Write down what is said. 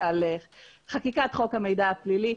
חקיקת חוק המידע הפלילי,